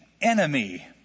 enemy